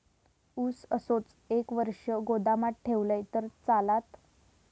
ऊस असोच एक वर्ष गोदामात ठेवलंय तर चालात?